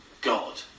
God